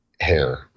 hair